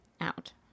out